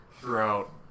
throughout